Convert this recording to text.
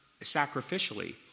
sacrificially